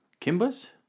Kimba's